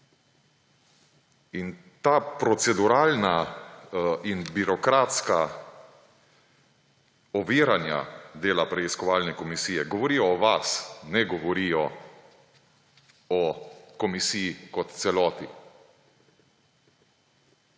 In ta proceduralna in birokratska oviranja dela preiskovalne komisije govorijo o vas, ne govorijo o komisiji kot celoti.